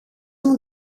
μου